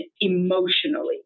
emotionally